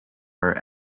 are